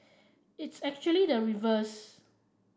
it is actually the reverse